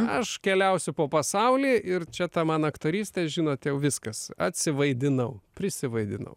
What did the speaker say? aš keliausiu po pasaulį ir čia ta man aktorystė žinot jau viskas atsivaidinau prisivaidinau